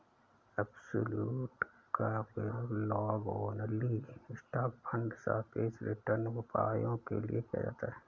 absolute का उपयोग long only stock fund सापेक्ष रिटर्न उपायों के लिए किया जाता है